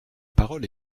parole